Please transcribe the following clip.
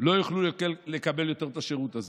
לא יוכלו יותר לקבל את השירות הזה,